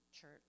church